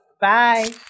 Bye